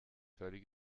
völlig